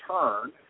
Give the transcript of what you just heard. turn